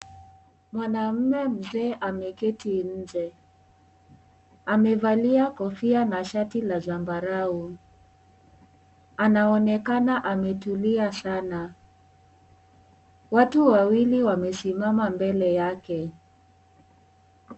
Mwanamume mzee ameketi nje. Amevalia kofia na shati la zambarau. Anaonekana ametulia sana. Watu wawili wamesimama mbele yake.